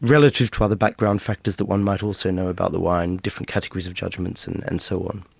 relative to other background factors that one might also know about the wine different categories of judgments, and and so on.